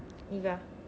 niva